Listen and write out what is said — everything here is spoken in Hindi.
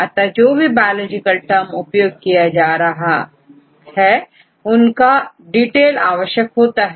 अतः जो भी बायोलॉजिकल टर्म उपयोग किया जाए उनका डिटेल देना आवश्यक होता है